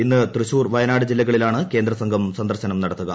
ഇന്ന് തൃശൂർ വയനാട് ജില്ലകളിലാണ് കേന്ദ്രസംഘം സന്ദർശനം നടത്തുക